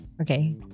okay